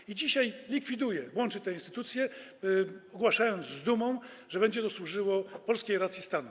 I dzisiaj likwiduje, łączy te instytucje, ogłaszając z dumą, że będzie to służyło polskiej racji stanu.